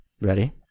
Ready